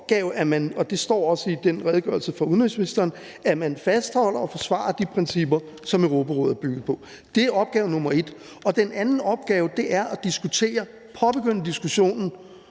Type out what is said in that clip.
fastholder og forsvarer de principper, som Europarådet bygger på. Det er opgave nummer 1. Den anden opgave er at diskutere, påbegynde diskussionen